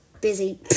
busy